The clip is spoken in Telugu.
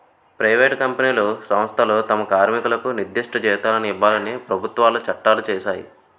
ప్రైవేటు కంపెనీలు సంస్థలు తమ కార్మికులకు నిర్దిష్ట జీతాలను ఇవ్వాలని ప్రభుత్వాలు చట్టాలు చేశాయి